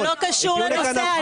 --- מה קרה פה?